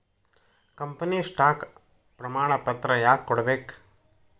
company stock ಪ್ರಮಾಣಪತ್ರ ಯಾಕ ಕೊಡ್ಬೇಕ್